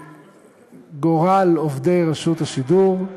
בגלל גורל עובדי רשות השידור,